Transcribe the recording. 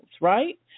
right